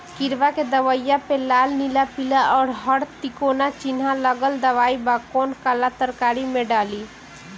किड़वा के दवाईया प लाल नीला पीला और हर तिकोना चिनहा लगल दवाई बा कौन काला तरकारी मैं डाली?